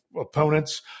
opponents